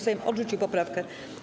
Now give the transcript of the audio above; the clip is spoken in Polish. Sejm odrzucił poprawkę.